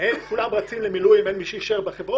אם כולם רצים למילואים אז אין מי שיישאר בחברות,